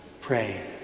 Pray